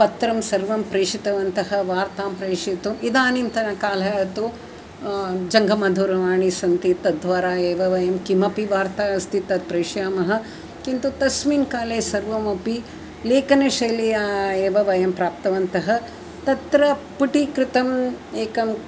पत्रं सर्वं प्रेषितवन्तः वार्तां प्रेषितम् इदानीन्तनकालः तु जङ्गमदूरवाणी सन्ति तद्द्वारा एव वयं किमपि वार्ता अस्ति तत् प्रेषयामः किन्तु तस्मिन् काले सर्वमपि लेखनशैल्या एव वयं प्राप्तवन्तः तत्र पुटीकृतम् एकम्